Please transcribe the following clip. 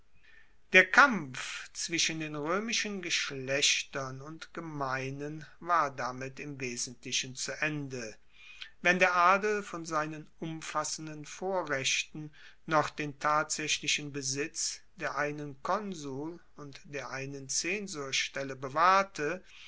der kampf zwischen den roemischen geschlechtern und gemeinen war damit im wesentlichen zu ende wenn der adel von seinen umfassenden vorrechten noch den tatsaechlichen besitz der einen konsul und der einen zensorstelle bewahrte